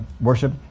worship